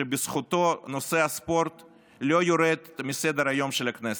שבזכותו נושא הספורט לא יורד מסדר-היום של הכנסת.